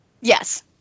Yes